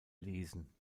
lesen